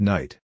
Night